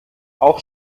auch